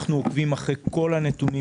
אנחנו עוקבים אחרי כל הנתונים,